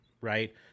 Right